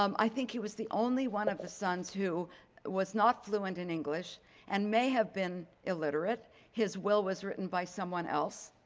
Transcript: um i think he was the only one of the sons who was not fluent in english and may have been illiterate. his will was written by someone else.